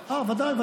ודאי.